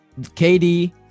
KD